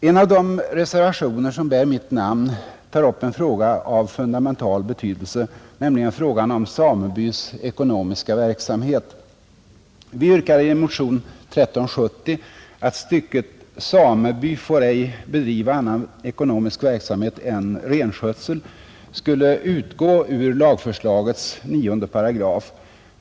En av de reservationer som bär mitt namn tar upp en fråga av fundamental betydelse, nämligen frågan om samebys ekonomiska verksamhet. Vi yrkade i motion 1370 att stycket ”Sameby får ej bedriva annan ekonomisk verksamhet än renskötsel” skulle utgå ur lagförslagets 9 §.